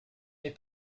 mes